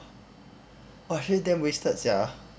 !wah! actually damn wasted sia